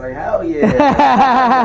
hell yeah!